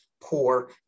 poor